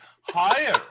higher